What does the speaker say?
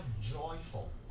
joyful